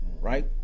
right